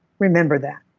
remember that.